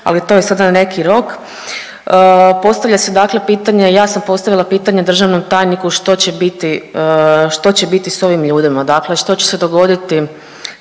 ali to je sada neki rok, postavlja se dakle pitanje, ja sam postavila pitanje državnom tajniku što će biti, što će biti s ovim ljudima, dakle što će se dogoditi